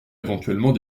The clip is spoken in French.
éventuellement